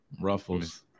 Ruffles